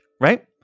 right